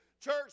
church